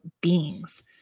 beings